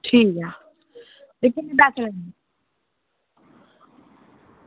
ठीक ऐ